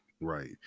right